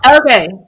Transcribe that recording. Okay